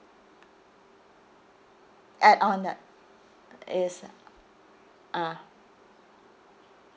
add on ah is ah